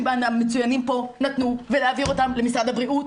המצוינים פה נתנו ולהעביר אותם למשרד הבריאות,